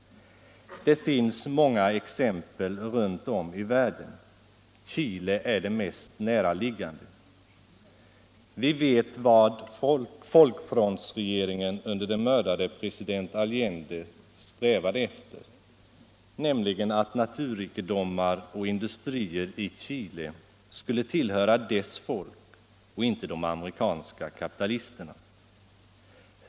Det finns många exempel runt om i världen. Chile är det mest näraliggande. Vi vet vad folkfrontsregeringen under den mördade president Allende strävade efter, nämligen att naturrikedomar och industrier i Chile skulle tillhöra dess folk och inte de amerikanska kapitalisterna.